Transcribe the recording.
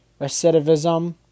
recidivism